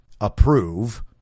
approve